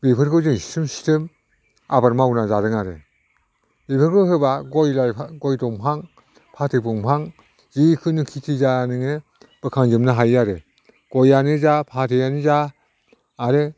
बेफोरखौ जों सिबथुम सिबथुम आबाद मावनानै जादों आरो बेफोरखौ होब्ला गय लाइफां गय दंफां फाथै दंफां जिखुनु खिथि जाया नोङो बोखांजोबनो हायो आरो गयानो जा फाथैयानो जा आरो